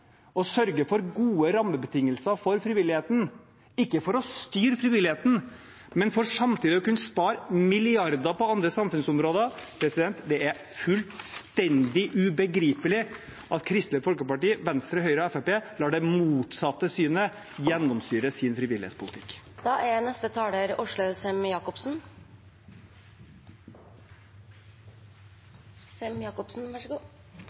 sørge for gode rammebetingelser for frivilligheten – ikke for å styre frivilligheten, men for samtidig å kunne spare milliarder på andre samfunnsområder – er fullstendig ubegripelig. Det er fullstendig ubegripelig at Kristelig Folkeparti, Venstre, Høyre og Fremskrittspartiet lar det motsatte synet gjennomsyre sin